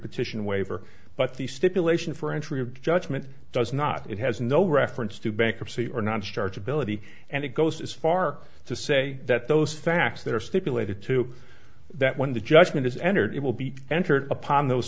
sition waiver but the stipulation for entry of judgment does not it has no reference to bankruptcy or not starts ability and it goes as far to say that those facts that are stipulated to that when the judgment is entered it will be entered upon those